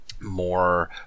More